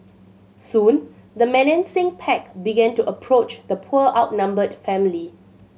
soon the menacing pack began to approach the poor outnumbered family